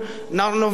אנחנו נוביל דברים,